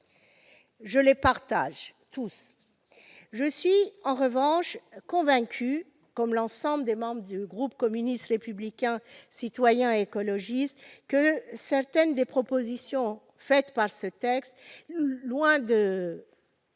Je les partage tous. Je suis en revanche convaincue, comme l'ensemble des membres du groupe communiste républicain citoyen et écologiste, que certaines des dispositions de ce texte, loin de